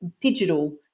digital